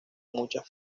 muchas